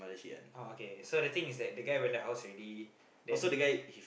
ah okay so the thing is that the guy went the house already then